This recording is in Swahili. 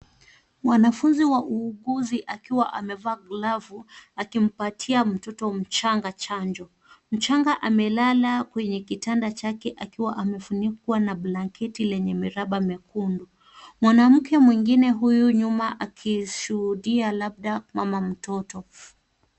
Mwanafunzi wa uuguzi akiwa amevaa glavu akimpatia mtoto mchanga chanjo. Mchanga amelala kwenye kitanda chake akiwa amefunikwa na blanketi lenye miraba mekundu. Mwanamke mwingine huyu nyuma akishuhudia labda mama mtoto.